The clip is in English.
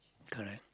correct